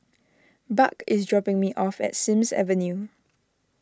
Buck is dropping me off at Sims Avenue